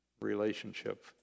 relationship